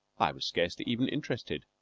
i was scarcely even interested.